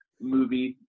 movie